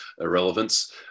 irrelevance